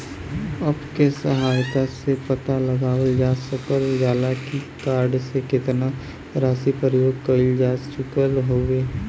app के सहायता से पता लगावल जा सकल जाला की कार्ड से केतना राशि प्रयोग कइल जा चुकल हउवे